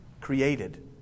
created